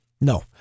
no